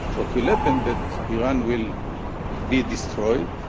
what will happen, that iran will be destroyed,